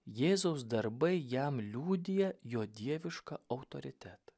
jėzaus darbai jam liudija jo dievišką autoritetą